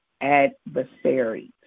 adversaries